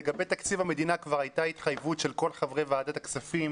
לגבי תקציב המדינה כבר הייתה התחייבות של כל חברי וועדת הכספים.